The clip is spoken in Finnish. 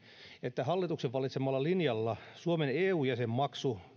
että hallituksen valitsemalla linjalla suomen eu jäsenmaksu